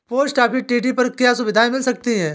Post office TD पर क्या सुविधाएँ मिल सकती है?